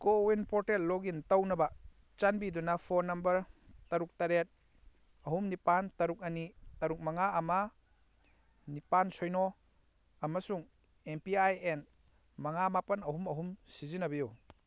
CoWIN portal login ꯇꯧꯅꯕ ꯆꯥꯟꯕꯤꯗꯨꯅ phone number ꯇꯔꯨꯛ ꯇꯔꯦꯠ ꯑꯍꯨꯝ ꯅꯤꯄꯥꯜ ꯇꯔꯨꯛ ꯑꯅꯤ ꯇꯔꯨꯛ ꯃꯉꯥ ꯑꯃ ꯅꯤꯄꯥꯜ ꯁꯤꯅꯣ ꯑꯃꯁꯨꯡ ꯑꯦꯝ ꯄꯤ ꯑꯥꯏ ꯑꯦꯟ ꯃꯉꯥ ꯃꯥꯄꯜ ꯑꯍꯨꯝ ꯑꯍꯨꯝ ꯁꯤꯖꯤꯟꯅꯕꯤꯌꯨ